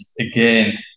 again